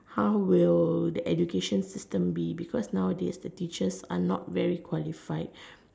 how will the education system be because nowadays the teachers are not very qualified